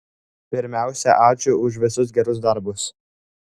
pirmiausia ačiū už visus gerus darbus